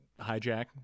hijack